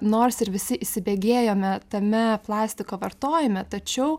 nors ir visi įsibėgėjome tame plastiko vartojime tačiau